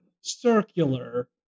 circular